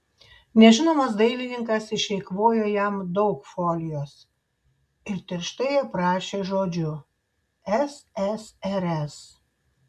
nežinomas dailininkas išeikvojo jam daug folijos ir tirštai aprašė žodžiu ssrs